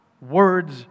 words